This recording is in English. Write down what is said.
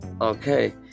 Okay